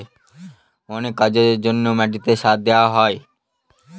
অনেক কাজের জন্য মাটিতে সার দেওয়া হয়